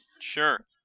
Sure